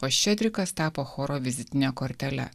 o ščedrikas tapo choro vizitine kortele